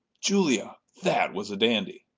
julia, that was a dandy!